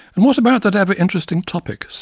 and what about that ever-interesting topic,